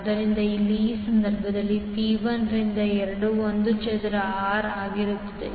ಆದ್ದರಿಂದ ಇಲ್ಲಿ ಈ ಸಂದರ್ಭದಲ್ಲಿ P 1 ರಿಂದ 2 I ಚದರ R ಆಗಿರುತ್ತದೆ